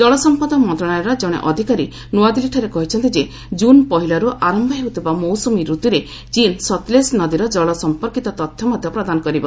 ଜଳସମ୍ପଦ ମନ୍ତ୍ରଣାଳୟର ଜଣେ ଅଧିକାରୀ ନୂଆଦିଲ୍ଲୀଠାରେ କହିଛନ୍ତି ଯେ ଜୁନ୍ ପହିଲାରୁ ଆରମ୍ଭ ହେଉଥିବା ମୌସୁମୀ ରତୁରେ ଚୀନ୍ ସତଲେଜ୍ ନଦୀର ଜଳ ସମ୍ପର୍କୀତ ତଥ୍ୟ ମଧ୍ୟ ପ୍ରଦାନ କରିବ